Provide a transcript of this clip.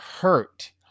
hurt